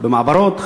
במעברות,